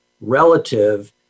relative